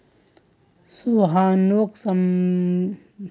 सोहानोक बंधक धोकधारी जुर्मोत गिरफ्तार कराल गेल